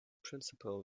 principle